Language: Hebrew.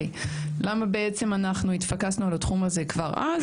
למה אנחנו התפקסנו על התחום הזה כבר אז?